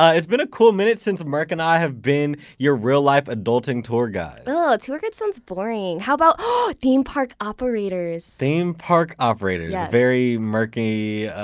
ah it's been a cool minute since merk and i have been your real-life adulting tour guides and tour guides sounds boring. how about ah theme park operators? theme park operators? very merky